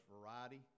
variety